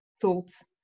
thoughts